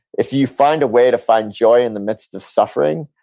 if you find a way to find joy in the midst of suffering,